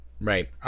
right